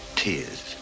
tears